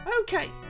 Okay